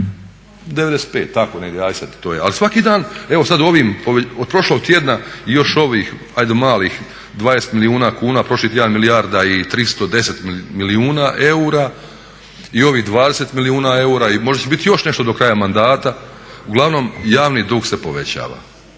ali svako dan evo sad, ali svaki dan evo sad od prošlog tjedna i još ovih malih 20 milijuna kuna, prošli tjedan milijarda i tristo deset milijuna eura i ovih 20 milijuna eura i možde će biti još nešto do kraja mandata. Uglavnom javni dug se povećava.